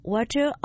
Water